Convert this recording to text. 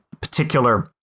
particular